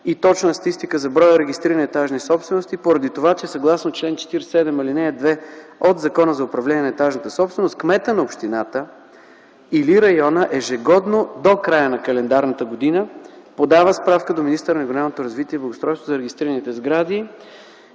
и точна статистика за броя регистрирани етажни собствености, поради това че съгласно чл. 47, ал. 2 от Закона за управление на етажната собственост кметът на общината или района ежегодно, до края на календарната година, подава справка до министъра на регионалното развитие и благоустройството за регистрираните сгради